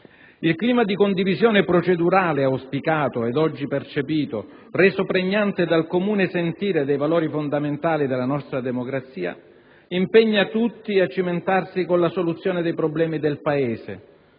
Il clima di condivisione procedurale auspicato, ed oggi percepito e reso pregnante dal comune sentire dei valori fondamentali della nostra democrazia, impegna tutti a cimentarsi con la soluzione dei problemi del Paese,